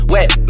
Wet